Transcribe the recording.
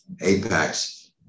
Apex